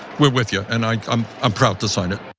we're with you and i'm um um proud to sign it.